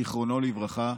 זיכרונו לברכה,